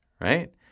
right